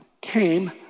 came